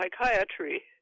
psychiatry